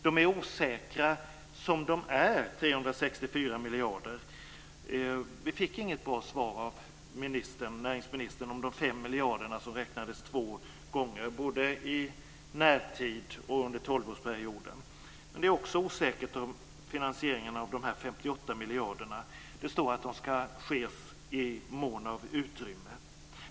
De är osäkra som de är - 364 miljarder. Vi fick inget bra svar av näringsministern om de 5 miljarder som räkandes två gånger, både i närtid och under tolvårsperioden. Det är också osäkert om finansieringen av de här 58 miljarderna. Det står att detta ska ske i mån av utrymme.